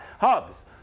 Hubs